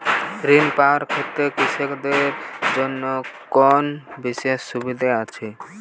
ঋণ পাওয়ার ক্ষেত্রে কৃষকদের জন্য কোনো বিশেষ সুবিধা আছে?